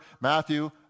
Matthew